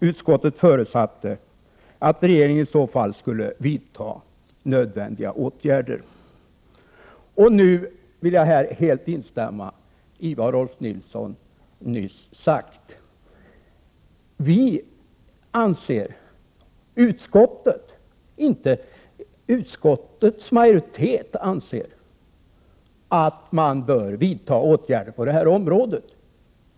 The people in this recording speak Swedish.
Utskottet förutsatte att regeringen i så fall skulle vidta nödvändiga åtgärder. Här vill jag helt instämma i vad Rolf L Nilson nyss sade. Utskottet anser — inte utskottets majoritet — att man bör vidta åtgärder på detta område.